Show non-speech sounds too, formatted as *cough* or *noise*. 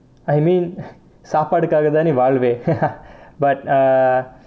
I mean சாபாடுகாகே தானே வாழ்வே:saapaadukaaage thaanae vaazhvae *laughs* but err